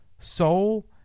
soul